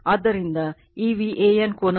ಆದ್ದರಿಂದ ಈ VAN ಕೋನವು ಸಹ Z Y Z ಕೋನವಾಗಿದೆ